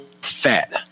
fat